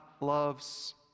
loves